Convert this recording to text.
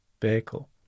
vehicle